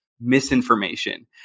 misinformation